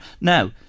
Now